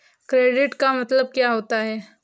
Credit का मतलब क्या होता है?